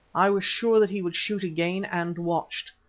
i was sure that he would shoot again, and watched.